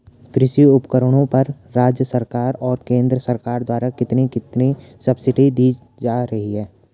कृषि उपकरणों पर राज्य सरकार और केंद्र सरकार द्वारा कितनी कितनी सब्सिडी दी जा रही है?